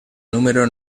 número